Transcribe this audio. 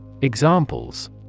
Examples